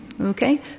Okay